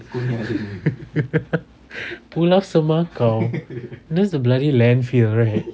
pulau semakau that's the bloody landfill right